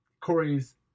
Corey's